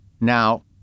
Now